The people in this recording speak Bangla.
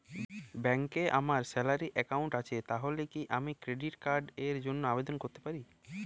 ব্যাংকে আমার স্যালারি অ্যাকাউন্ট আছে তাহলে কি আমি ক্রেডিট কার্ড র জন্য আবেদন করতে পারি?